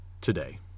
today